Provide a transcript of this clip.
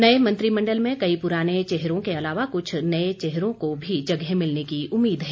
नए मंत्रिमंडल में कई पुराने चेहरों के अलावा कुछ नए चेहरों को भी जगह मिलने की उम्मीद है